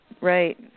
right